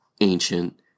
ancient